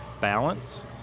balance